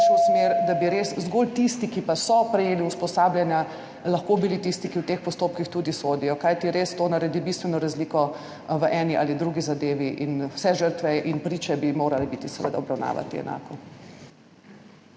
da bi res zgolj tisti, ki so prejeli usposabljanja, lahko bili tisti, ki v teh postopkih tudi sodijo, kajti res to naredi bistveno razliko v eni ali drugi zadevi. Vse žrtve in priče bi morali seveda obravnavati enako.